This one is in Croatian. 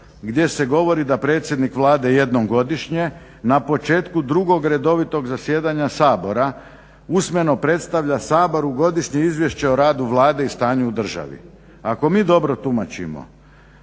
gdje se govori da predsjednik Vlade jednom godišnje na početku drugog redovitog zasjedanja Sabora usmeno predstavlja Saboru godišnje izvješće o radu Vlade i stanju u državi. Ako mi dobro tumačimo,